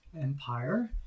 empire